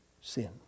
sin